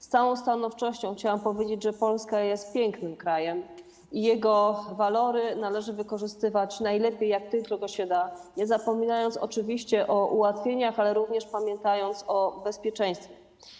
Z całą stanowczością chciałam powiedzieć, że Polska jest pięknym krajem i jego walory należy wykorzystywać najlepiej, jak tylko się da, nie zapominając oczywiście o ułatwieniach, ale również pamiętając o bezpieczeństwie.